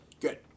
Good